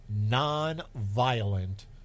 non-violent